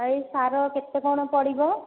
ଆଉ ସାର କେତେ କଣ ପଡ଼ିବ